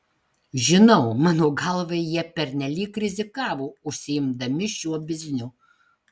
žinau mano galva jie pernelyg rizikavo užsiimdami šiuo bizniu